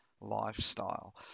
lifestyle